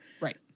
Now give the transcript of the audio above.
Right